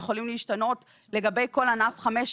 הם יכולים להשתנות לגבי כל ענף חמש,